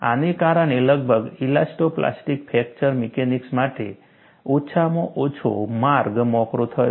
આને કારણે લગભગ ઇલાસ્ટો પ્લાસ્ટિક ફ્રેક્ચર મિકેનિક્સ માટે ઓછામાં ઓછો માર્ગ મોકળો થયો